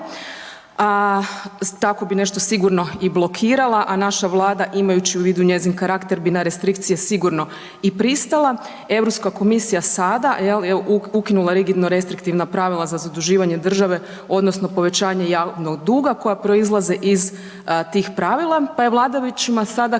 tako bi nešto sigurno i blokirala, a naša vlada, imajući u vidu njezin karakter, bi na restrikcije sigurno i pristala. EU komisija sada jel je ukinula rigidno restriktivna pravila za zaduživanje države odnosno povećanje javnog duga koja proizlaze iz tih pravila, pa je vladajućima sada